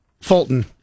Fulton